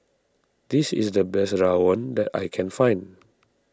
this is the best Rawon that I can find